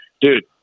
dude